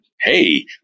hey